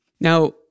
Now